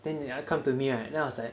then yeah come to me right then I was like